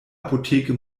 apotheke